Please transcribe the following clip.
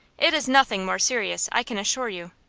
it is nothing more serious, i can assure you.